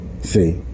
See